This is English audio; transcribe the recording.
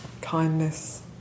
kindness